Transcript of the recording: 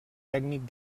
tècnic